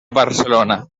barcelona